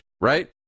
right